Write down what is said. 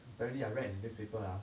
apparently I read newspaper ah